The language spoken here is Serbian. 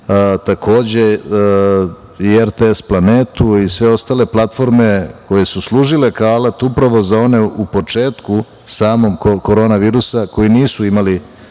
takođe, i RTS planetu i sve ostale platforme koje su služile kao alat upravo za one u početku korona virusa, a koji nisu imali